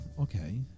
okay